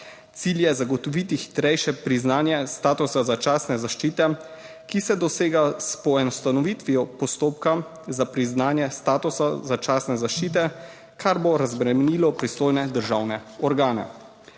Cilj je zagotoviti hitrejše priznanje statusa začasne zaščite, ki se dosega s poenostavitvijo postopka za priznanje statusa začasne zaščite, kar bo razbremenilo pristojne državne organe.